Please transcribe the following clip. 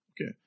Okay